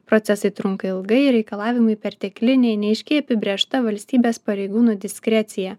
procesai trunka ilgai reikalavimai pertekliniai neaiškiai apibrėžta valstybės pareigūnų diskrecija